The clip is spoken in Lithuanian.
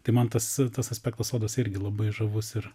tai man tas tas aspektas soduose irgi labai žavus ir